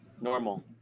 normal